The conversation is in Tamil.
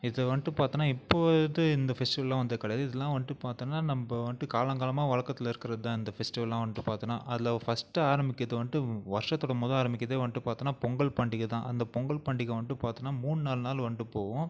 இது வந்துட்டு பார்த்தோன்னா இப்போது இது இந்த ஃபெஸ்ட்டிவெல்லாம் வந்தது கிடையாது இதெல்லாம் வந்துட்டு பார்த்தோன்னா நம்ம வந்துட்டு காலங்காலமாக வழக்கத்துல இருக்கிறது தான் இந்த ஃபெஸ்ட்டிவெல்லாம் வந்துட்டு பார்த்தோன்னா அதில் ஃபஸ்ட்டு ஆரம்பிக்கிறது வந்துட்டு வருஷத்தோட மொதல் ஆரம்பிக்கிறதே வந்துட்டு பார்த்தோன்னா பொங்கல் பண்டிகை தான் அந்த பொங்கல் பண்டிகை வந்துட்டு பார்த்தோன்னா மூணு நாலு நாள் வந்துட்டு போகும்